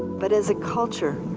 but as a culture,